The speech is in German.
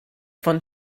von